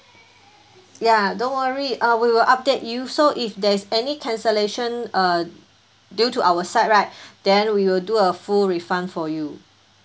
ya don't worry uh we will update you so if there is any cancellation uh due to our side right then we will do a full refund for you